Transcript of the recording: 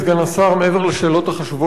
מעבר לשאלות החשובות של חברי,